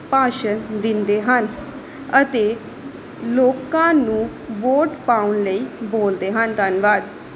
ਭਾਸ਼ਣ ਦਿੰਦੇ ਹਨ ਅਤੇ ਲੋਕਾਂ ਨੂੰ ਵੋਟ ਪਾਉਣ ਲਈ ਬੋਲਦੇ ਹਨ ਧੰਨਵਾਦ